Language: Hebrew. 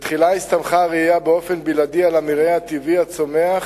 בתחילה הסתמכה הרעייה באופן בלעדי על המרעה הטבעי הצומח,